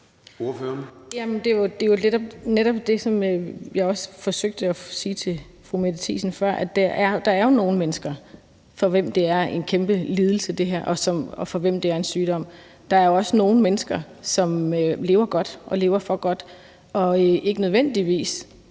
det er jo netop det, som jeg også forsøgte at sige til fru Mette Thiesen før, altså at der jo er nogle mennesker, for hvem det her er en kæmpe lidelse, og for hvem det er en sygdom. Men der er også nogle mennesker, som lever godt og lever for godt og oven i det også